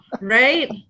Right